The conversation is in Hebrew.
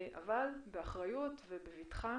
אבל באחריות ובבטחה.